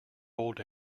old